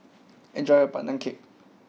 enjoy your Pandan Cake